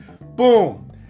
boom